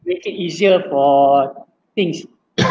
make it easier for things